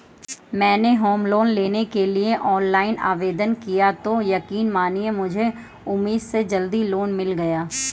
मैंने home loan लेने के लिए ऑनलाइन आवेदन किया तो यकीन मानिए मुझे उम्मीद से जल्दी लोन मिल गया